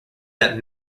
that